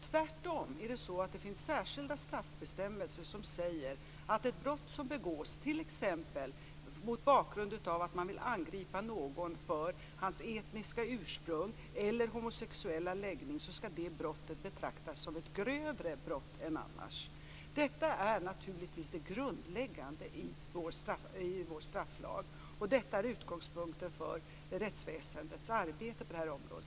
Tvärtom finns det särskilda straffbestämmelser som säger att ett brott som begås t.ex. mot bakgrund av att man vill angripa någon för hans etniska ursprung eller homosexuella läggning skall betraktas som ett grövre brott än annars. Detta är naturligtvis det grundläggande i vår strafflag. Detta är utgångspunkten för rättsväsendets arbete på det här området.